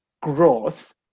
growth